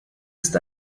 ist